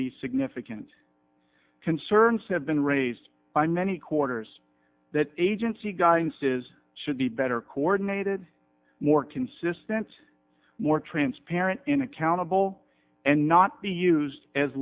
be significant concerns have been raised by many quarters that agency guidance is should be better coordinated more consistent more transparent and accountable and not be used as